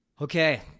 Okay